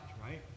right